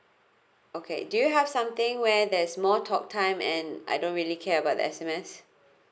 okay do you have something when there's more talk time and I don't really care about the S_M_S